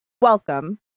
welcome